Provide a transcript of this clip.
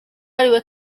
ariwe